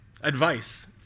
advice